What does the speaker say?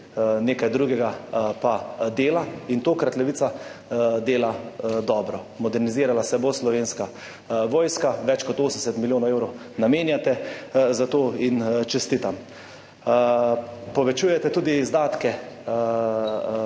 nekaj drugega pa dela. Tokrat levica dela dobro. Modernizirala se bo Slovenska vojska, več kot 80 milijonov evrov namenjate za to in čestitam. Povečujete tudi